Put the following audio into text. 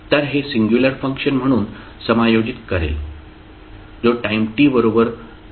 तर हे singular function म्हणून समायोजित करेल जो टाईम t बरोबर 0 वर विसंगत होतो